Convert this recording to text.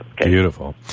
Beautiful